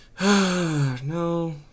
No